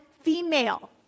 female